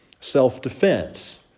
self-defense